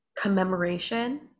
commemoration